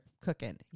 cooking